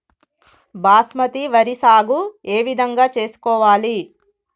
బాస్మతి వరి సాగు ఏ విధంగా చేసుకోవాలి?